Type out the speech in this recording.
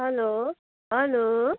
hello hello